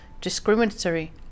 discriminatory